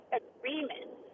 agreements